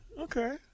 Okay